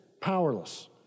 powerless